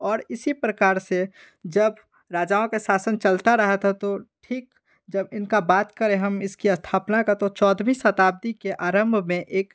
और इसी प्रकार से जब राजाओं का शासन चलता रहा था तो ठीक जब इनकी बात करें हम इसकी स्थापना का तो चौदहवी शताब्दी के आरंभ में एक